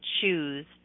choose